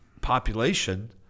population